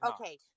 Okay